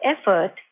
effort